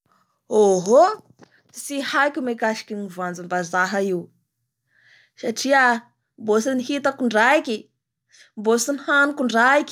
Ohooo tsy haiko mikasiky ny voanjombazaha io satria mbo tsy nihitako indraiky, mbo tsy nihaniko indraiky.